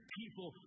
people